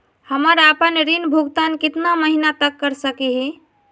हम आपन ऋण भुगतान कितना महीना तक कर सक ही?